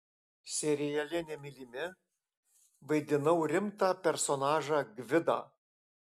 seriale nemylimi vaidinau rimtą personažą gvidą